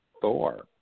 Thor